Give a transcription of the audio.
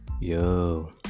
Yo